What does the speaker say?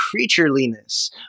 creatureliness